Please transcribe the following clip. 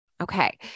Okay